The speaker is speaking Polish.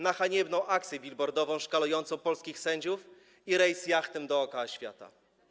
Na haniebną akcję bilbordową szkalującą polskich sędziów i rejs jachtem dookoła świata.